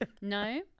No